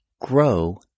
grow